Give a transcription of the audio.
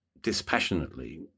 dispassionately